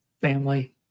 family